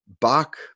bach